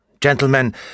Gentlemen